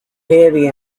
heavy